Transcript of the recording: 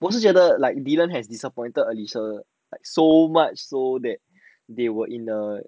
我是觉得 like dylan has disappointed alysha like so much so that they were in a